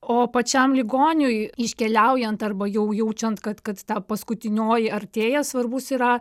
o pačiam ligoniui iškeliaujant arba jau jaučiant kad kad ta paskutinioji artėja svarbus yra